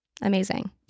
Amazing